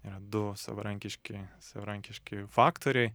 yra du savarankiški savarankiški faktoriai